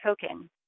token